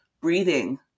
breathing